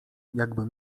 jakby